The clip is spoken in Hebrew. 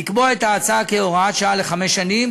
לחמש שנים.